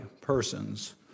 Persons